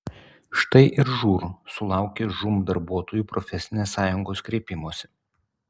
štai ir žūr sulaukė žūm darbuotojų profesinės sąjungos kreipimosi